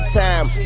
time